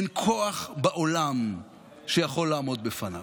אין כוח בעולם שיכול לעמוד בפניו.